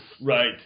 right